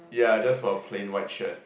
yeah just for plain white shirt